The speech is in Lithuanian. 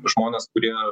žmones kurie